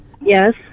Yes